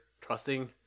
trusting